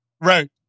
Right